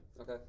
Okay